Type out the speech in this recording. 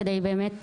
כדי באמת,